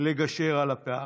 לגשר על הפערים.